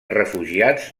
refugiats